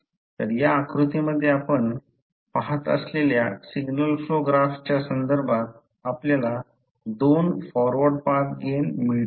तर या आकृतीमध्ये पाहत असलेल्या सिग्नल फ्लो ग्राफच्या संदर्भात आपल्याला दोन फॉरवर्ड पाथ गेन मिळतील